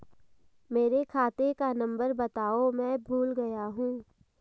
मेरे खाते का नंबर बताओ मैं भूल गया हूं